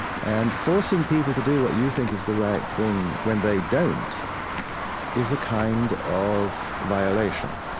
and forcing people to do what you think is the right thing when they don't is a kind of violation,